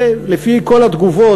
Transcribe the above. ולפי כל התגובות,